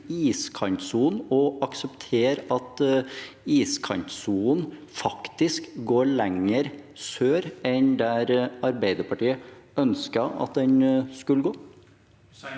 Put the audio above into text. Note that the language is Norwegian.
iskantsonen og akseptere at iskantsonen faktisk går lenger sør enn der Arbeiderpartiet ønsker at den skal gå?